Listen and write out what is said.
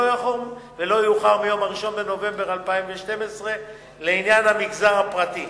ולא יאוחר מיום 1 בנובמבר 2012 לעניין המגזר הפרטי.